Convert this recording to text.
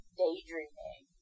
daydreaming